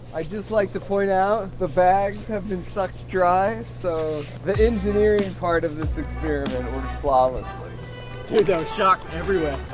i just like to point out the bags have been sucked dry so the engineering part of this experiment was flawless gunshot everywhere.